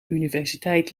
universiteit